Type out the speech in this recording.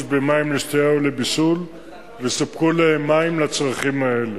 במים לשתייה ולבישול וסופקו להם מים לצרכים האלה.